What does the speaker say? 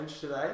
today